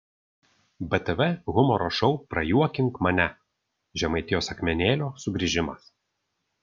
btv humoro šou prajuokink mane žemaitijos akmenėlio sugrįžimas